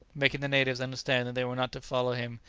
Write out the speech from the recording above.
making the natives understand that they were not to follow him,